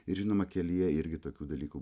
ir žinoma kelyje irgi tokių dalykų